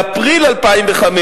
באפריל 2005,